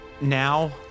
now